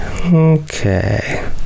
Okay